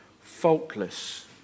Faultless